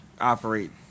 operate